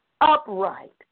upright